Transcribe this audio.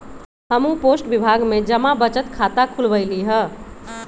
हम्हू पोस्ट विभाग में जमा बचत खता खुलवइली ह